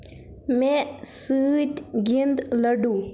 مے سۭتۍ گِند لوڈو